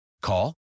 Call